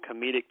comedic